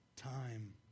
time